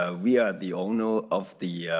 ah we are the owners of the, yeah